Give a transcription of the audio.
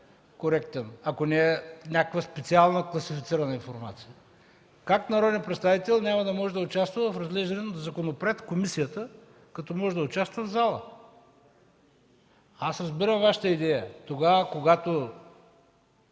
коректен, ако не е някаква специална класифицирана информация! Как народен представител няма да може да участва в разглеждане на законопроект в комисията, като може да участва в залата? Разбирам Вашата идея – когато